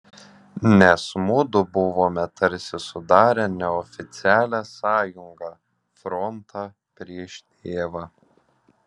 nes mudu buvome tarsi sudarę neoficialią sąjungą frontą prieš tėvą